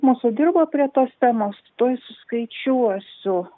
mūsų dirbo prie tos temos tuoj suskaičiuosiu